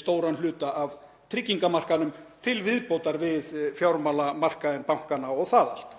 stóran hluta af tryggingamarkaðnum til viðbótar við fjármálamarkaðinn, bankana og það allt.